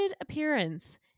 appearance